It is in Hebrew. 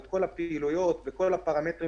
של כל הפעילויות ושל כל הפרמטרים